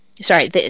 sorry